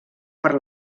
per